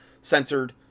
Censored